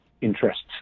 interests